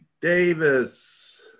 Davis